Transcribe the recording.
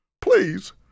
Please